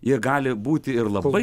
ji gali būti ir labai